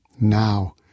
now